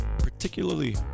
particularly